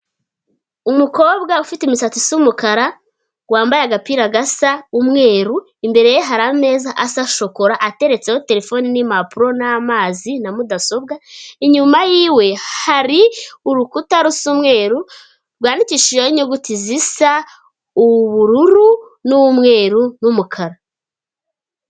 Umukobwa ufite imisatsi isa umukara, wambaye agapira gasa umweru, imbere ye hari ameza asa shokora, ateretseho telefone n'impapuro n'amazi na mudasobwa, inyuma yiwe hari urukuta rusa umweru, rwandikishijeho inyuguti zisa ubururu n'umweru n'umukara.